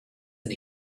and